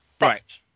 Right